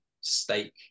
Steak